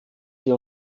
wir